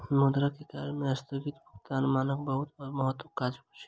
मुद्रा के कार्य में अस्थगित भुगतानक मानक बहुत महत्वक काज अछि